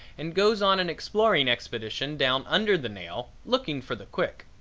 and goes on an exploring expedition down under the nail, looking for the quick.